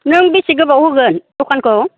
नों बेसे गोबाव होगोन दखानखौ